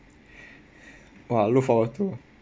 !wah! look forward to